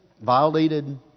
violated